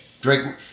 Drake